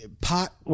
Pot